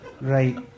Right